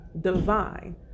divine